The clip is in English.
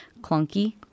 clunky